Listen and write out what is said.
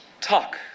talk